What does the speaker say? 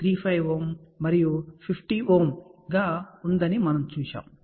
35 ohm మరియు 50 ohm గా ఉందని మనము చూశాము